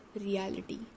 reality